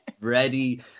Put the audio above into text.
ready